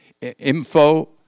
Info